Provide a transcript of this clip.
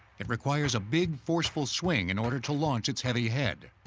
it requires a big, forceful swing in order to launch its heavy head.